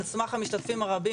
על סמך המשתתפים הרבים,